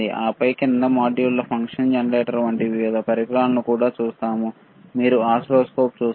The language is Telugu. ఆపై క్రింది మాడ్యూళ్ళలో ఫంక్షన్ జెనరేటర్ వంటి వివిధ పరికరాలను కూడా చూస్తాము మీరు ఓసిల్లోస్కోప్ చూస్తారు